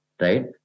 right